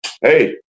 hey